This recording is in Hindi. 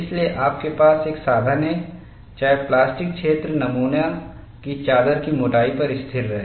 इसलिए आपके पास एक साधन है चाहे प्लास्टिक क्षेत्र नमूना की चादर की मोटाई पर स्थिर रहे